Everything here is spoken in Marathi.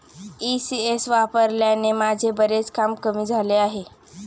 ई.सी.एस वापरल्याने माझे बरेच काम कमी झाले आहे